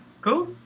Cool